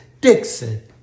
Dixon